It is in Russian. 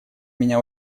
меня